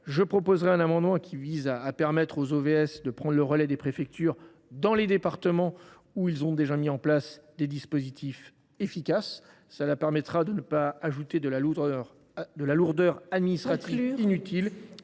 je présenterai un amendement visant à permettre aux OVS de prendre le relais des préfectures dans les départements où sont déjà mis en place des dispositifs efficaces. Cela permettra de ne pas ajouter une lourdeur administrative inutile